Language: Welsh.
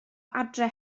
adre